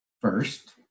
First